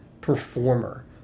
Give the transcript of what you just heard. performer